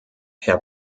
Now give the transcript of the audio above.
herr